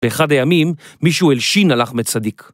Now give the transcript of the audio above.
באחד הימים מישהו הלשין על אחמד סדיק.